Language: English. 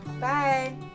bye